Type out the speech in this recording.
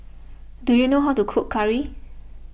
do you know how to cook Curry